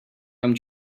come